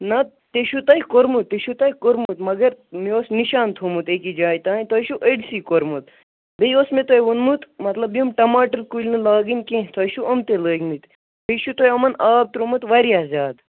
نہ تہِ چھو تۄہہِ کوٚرمُت تہِ چھو تۄہہِ کوٚرمُت مگر مےٚ اوس نِشان تھوٚمُت أکس جایہِ تانۍ تۄہہِ چھو أڑسٕے کوٚرمُت بیٚیہِ اوس مےٚ تۄہہِ ووٚنمُت مطلب یِم ٹماٹر کُلۍ نہٕ لاگٕنۍ کینہہ تۄہہِ چھو اُم تہِ لٲگمٕتۍ بیٚیہِ چھو تۄہہِ اُمن آب تٛروومُت واریاہ زیادٕ